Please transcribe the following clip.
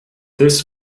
this